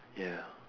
yeah